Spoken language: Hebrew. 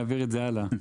נעביר את זה הלאה.